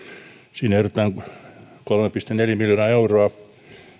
sinne ehdotetaan kolme pilkku neljä miljoonaa euroa